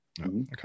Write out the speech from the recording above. Okay